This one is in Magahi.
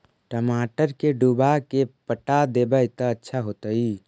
टमाटर के डुबा के पटा देबै त अच्छा होतई?